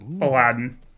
Aladdin